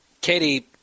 Katie